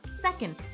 Second